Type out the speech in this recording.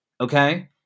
okay